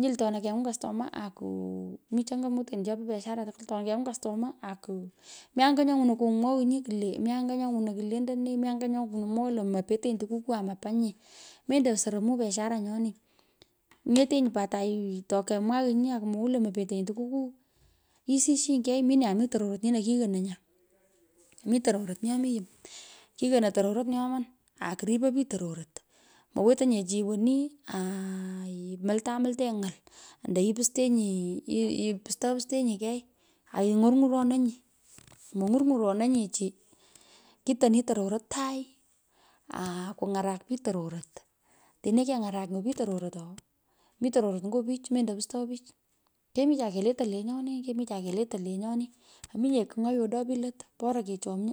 nyil atona kengwyn customer akuu mi chopo biashara tukwol atona kengwun customer ku. mi anya nyo ngwunei kumwoghinyi kwulee. mi anya nyo mywonyi kuletenee mi anya nyo ngwono mwoghoi lo mopetenye tukukuu amo pa nyee mendo soromuu biashara nyoni ng’eteni pat ato kenwaghinyi amu mwounyi lo moреtenуе tukukuu isisyinyi kei mi nee ami tororot nyino kinonoi nya. mi tororot nyo mi yum. kihonoi tororot nyoman aku ripoi pich tororot. Mowetenye chi woni aimutamutenyi ny’al ando ipistuntenyii. ipustopustenyi kei ainy’urny’uronony monyurny’urononye chi. kiton tororot tai. akung’arak pich tororot otini keng’arak pich tororot. otini keng’arak pich tororot nyu oo mii tororot ngo pich mendo pusto pich kemicha keletoi lenyoni, kemicha kelete lenyoni mominye kigh nyo yodoo pich lo boru kechomyo.